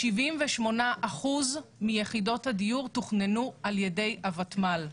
78% מיחידות אלו תוכננו על ידי הותמ"ל.